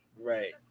Right